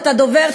אתה דובר,